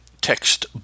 text